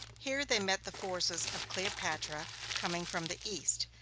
here they met the forces of cleopatra coming from the east.